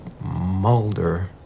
Mulder